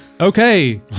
Okay